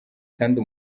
kandi